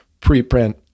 preprint